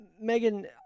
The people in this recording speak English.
Megan